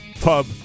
Pub